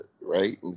right